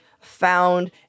found